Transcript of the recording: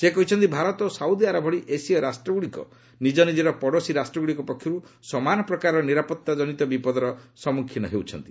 ସେ କହିଛନ୍ତି ଭାରତ ଓ ସାଉଦିଆରବ ଭଳି ଏସୀୟ ରାଷ୍ଟ୍ରଗୁଡ଼ିକ ନିଜ ନିଜର ପଡ଼ୋଶୀ ରାଷ୍ଟ୍ରଗୁଡ଼ିକ ପକ୍ଷରୁ ସମାନ ପ୍ରକାରର ନିରାପତ୍ତା ଜନିତ ବିପଦର ସମ୍ମୁଖୀନ ହେଉଛନ୍ତି